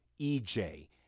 EJ